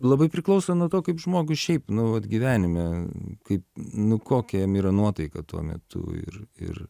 labai priklauso nuo to kaip žmogui šiaip nu vat gyvenime kaip nu kokia jam yra nuotaika tuo metu ir ir